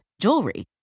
jewelry